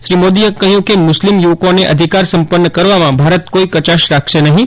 શ્રી મોદીએ કહ્યું કે મુસ્લિમ યુવકોને અધિકાર સંપન્ન કરવામાં ભારત કોઇ કચાશ રાખશે નહીં